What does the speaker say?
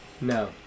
No